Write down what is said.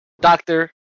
Doctor